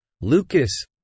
Lucas